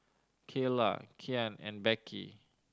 Keyla Kyan and Beckie